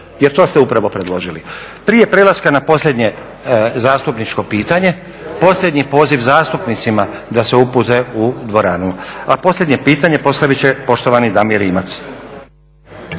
jer to ste upravo predložili. Prije prelaska na posljednje zastupničko pitanje, posljednji poziv zastupnicima da upute u dvoranu. Posljednje pitanje postaviti će poštovani Damir Rimac.